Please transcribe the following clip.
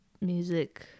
music